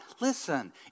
Listen